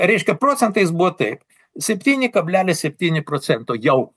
reiškia procentais buvo taip septyni kablelis septyni procento jau